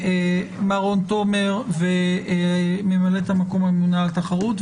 מר רון תומר וממלאת המקום הממונה על התחרות,